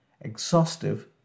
exhaustive